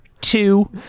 two